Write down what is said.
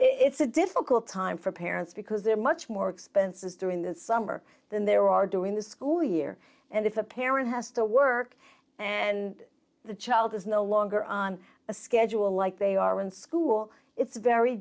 it's a difficult time for parents because they're much more expenses during the summer than there are during the school year and if a parent has to work and the child is no longer on a schedule like they are in school it's very